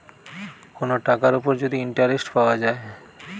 কোন টাকার উপর যদি ইন্টারেস্ট পাওয়া যায়